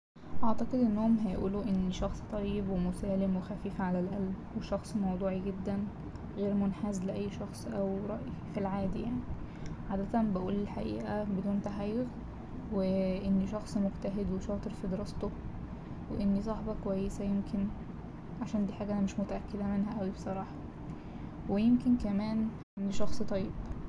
أعتقد إنهم هيقولوا إني شخص طيب ومسالم وخفيف على القلب و شخص موضوعي جدا غير منحاز لأي شخص أو رأي في العادي يعني عادة بقول الحقيقة بدون تحيز و إني شخص مجتهد وشاطر في دراسته وإني صاحبة كويسة يمكن عشان دي حاجة أنا مش متأكدة منها أوي بصراحة ويمكن كمان إني شخص طيب.